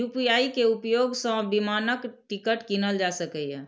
UPI के उपयोग सं विमानक टिकट कीनल जा सकैए